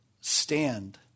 stand